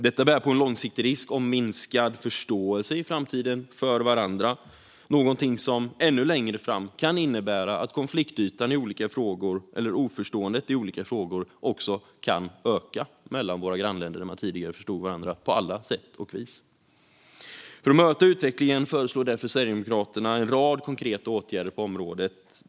Detta medför en långsiktig risk för minskad förståelse för varandra i framtiden, någonting som ännu längre fram kan innebära att konfliktytan och oförståendet mellan våra länder i olika frågor kan öka. Tidigare förstod man varandra på alla sätt och vis. För att möta utvecklingen föreslår därför Sverigedemokraterna en rad konkreta åtgärder på området.